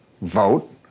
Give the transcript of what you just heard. vote